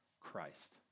Christ